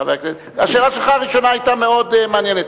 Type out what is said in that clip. חבר הכנסת, השאלה הראשונה שלך היתה מאוד מעניינת.